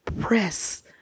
press